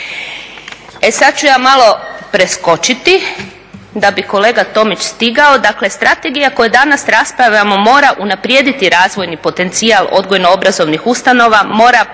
E sada ću ja malo preskočiti da bi kolega Tomić stigao, dakle Strategija o kojoj danas raspravljamo mora unaprijediti razvojni potencijal odgojno obrazovnih ustanova,